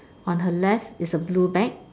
on her left is a blue bag